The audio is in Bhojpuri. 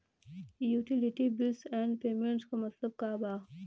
यूटिलिटी बिल्स एण्ड पेमेंटस क मतलब का बा?